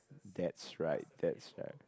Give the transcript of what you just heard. that's right that's right